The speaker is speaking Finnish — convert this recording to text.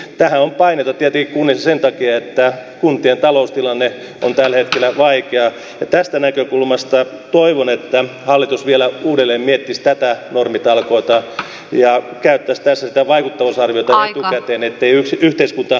tähän on paineita kunnissa tietenkin sen takia että kuntien taloustilanne on tällä hetkellä vaikea ja tästä näkökulmasta toivon että hallitus vielä uudelleen miettisi näitä normitalkoita ja käyttäisi tässä sitä vaikuttavuusarviota etukäteen ettei yhteiskunta jakautuisi kahtia